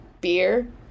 beer